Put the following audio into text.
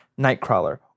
Nightcrawler